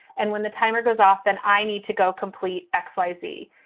and when the timer goes off, then i need to go complete x, y, z,